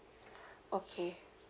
okay